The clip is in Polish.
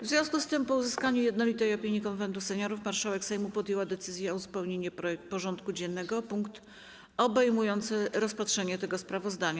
W związku z tym, po uzyskaniu jednolitej opinii Konwentu Seniorów, marszałek Sejmu podjęła decyzję o uzupełnieniu porządku dziennego o punkt obejmujący rozpatrzenie tego sprawozdania.